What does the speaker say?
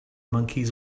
monkeys